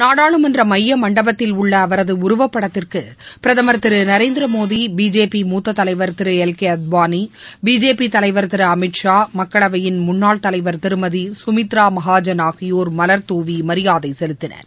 நாடாளுமன்ற மைய மண்டபத்தில் உள்ள அவரது உருவப்படத்திற்கு பிரதம் திரு நரேந்திரமோடி பிஜேபி மூத்த தலைவர் திரு எல் கே அத்வானி பிஜேபி தலைவர் திரு அமித்ஷா மக்களவையின் முன்னாள் தலைவா் திருமதி சுமித்ரா மகாஜன் ஆகியோா் மல்துவி மரியாதை செலுத்தினார்